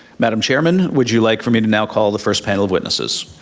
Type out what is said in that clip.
madam chairman, would you like for me to now call the first panel of witnesses?